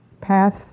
path